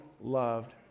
loved